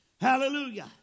Hallelujah